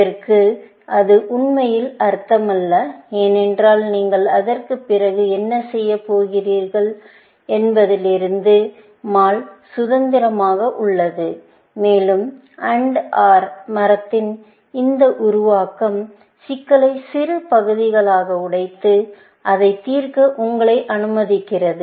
இப்போது அது உண்மையில் அர்த்தமல்ல ஏனென்றால் நீங்கள் அதற்குப் பிறகு என்ன செய்யப் போகிறீர்கள் என்பதிலிருந்து மால் சுதந்திரமாக உள்ளது மேலும் AND OR மரத்தின் இந்த உருவாக்கம் சிக்கல்களை சிறு பகுதிகளாக உடைத்து அதை தீர்க்க உங்களை அனுமதிக்கிறது